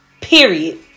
Period